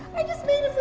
i just made